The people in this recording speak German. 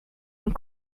und